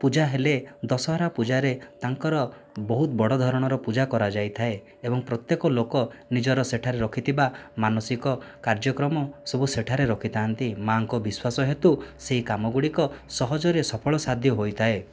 ପୂଜା ହେଲେ ଦଶହରା ପୂଜାରେ ତାଙ୍କର ବହୁତ ବଡ଼ ଧରଣର ପୂଜା କରାଯାଇଥାଏ ଏବଂ ପ୍ରତ୍ୟେକ ଲୋକ ନିଜର ସେଠାରେ ରଖିଥିବା ମାନସିକ କାର୍ଯ୍ୟକ୍ରମ ସବୁ ସେଠାରେ ରଖିଥାନ୍ତି ମାଙ୍କ ବିଶ୍ୱାସ ହେତୁ ସେହି କାମ ଗୁଡ଼ିକ ସହଜରେ ସଫଳସାଧ୍ୟ ହୋଇଥାଏ